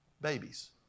babies